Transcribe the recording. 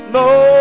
no